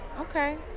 okay